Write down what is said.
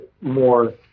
more